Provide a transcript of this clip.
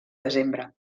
desembre